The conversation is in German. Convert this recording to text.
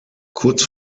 kurz